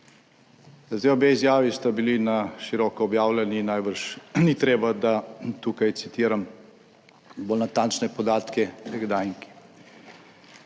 Obe izjavi sta bili na široko objavljeni; najbrž ni treba, da tukaj citiram bolj natančne podatke, kdaj in